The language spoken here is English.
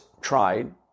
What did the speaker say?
tried